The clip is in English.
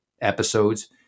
episodes